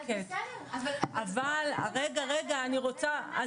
אבל רגע, אני רוצה.